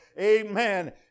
Amen